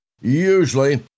usually